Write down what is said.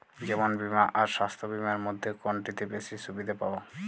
জীবন বীমা আর স্বাস্থ্য বীমার মধ্যে কোনটিতে বেশী সুবিধে পাব?